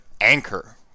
anchor